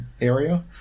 area